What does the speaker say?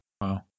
Wow